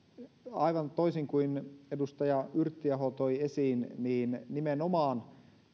aivan toisin kuin edustaja yrttiaho toi esiin niin nimenomaan